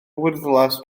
wyrddlas